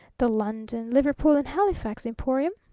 the london, liverpool, and halifax emporium?